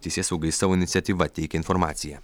teisėsaugai savo iniciatyva teikė informaciją